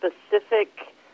specific